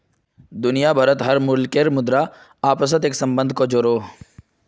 दुनिया भारोत हर मुल्केर मुद्रा अपासोत एक सम्बन्ध को जोड़ोह